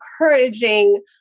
encouraging